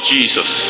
Jesus